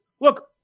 look